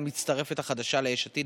הגיע היום המצב להחזיר להן קמעה,